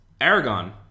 Aragon